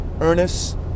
Ernest